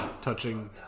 touching